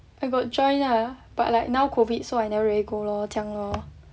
I got join lah but like now COVID so I never really go lor 这样 lor